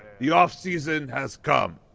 the offseason has come.